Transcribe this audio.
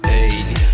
Hey